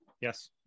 yes